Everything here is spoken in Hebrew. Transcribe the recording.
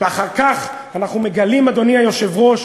אחר כך אנחנו מגלים, אדוני היושב-ראש,